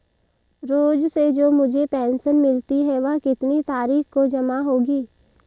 रोज़ से जो मुझे पेंशन मिलती है वह कितनी तारीख को जमा होगी?